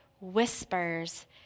whispers